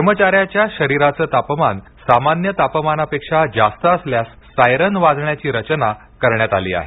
कर्मचाऱ्याच्या शरीराच तापमान सामान्य तापमाना पेक्षा जास्त असल्यास सायरन वाजण्याची रचना करण्यात आली आहे